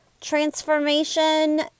transformation